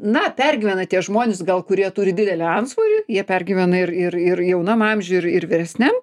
na pergyvena tie žmonės gal kurie turi didelį antsvorį jie pergyvena ir ir ir jaunam amžiui ir ir vyresniam